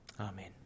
Amen